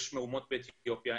יש מהומות באתיופיה,